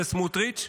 זה סמוטריץ'.